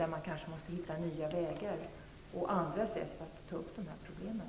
Man måste således kanske hitta nya vägar, andra sätt, att ta upp de här problemen.